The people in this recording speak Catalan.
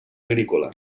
agrícola